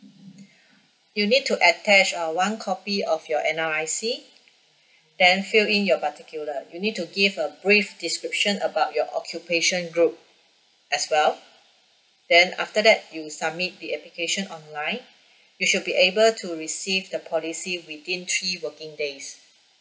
you need to attach a one copy of your N_R_I_C then fill in your particular you need to give a brief description about your occupation group as well then after that you submit the application online you should be able to receive the policy within three working days